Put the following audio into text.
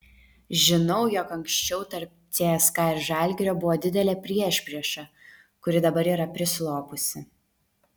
žinau jog anksčiau tarp cska ir žalgirio buvo didelė priešprieša kuri dabar yra prislopusi